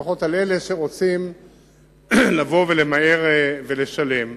לפחות על אלה שרוצים למהר ולשלם.